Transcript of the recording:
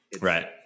Right